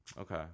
Okay